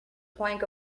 plank